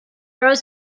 rose